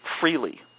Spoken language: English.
freely